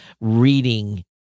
reading